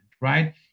right